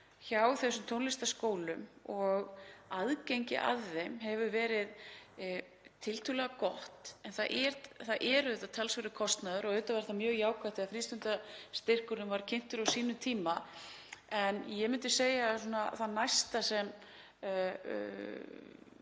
í þessa tónlistarskóla og aðgengi að þeim hefur verið tiltölulega gott, en kostnaður er auðvitað talsverður. Auðvitað var það mjög jákvætt þegar frístundastyrkurinn var kynntur á sínum tíma en ég myndi segja að það næsta